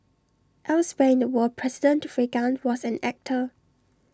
elsewhere in the world president Reagan was an actor